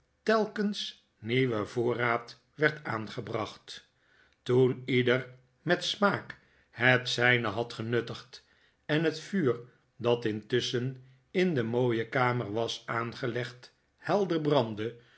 telkens nieuwe voorraad werd aangebracht toen ieder met smaak het zijne had genuttigd en het vuur dat intusschen in de mooie kamer was aangelegd helder brandde